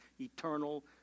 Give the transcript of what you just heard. eternal